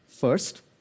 First